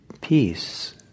peace